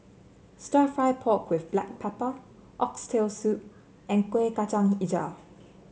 stir fry pork with Black Pepper Oxtail Soup and Kueh Kacang hijau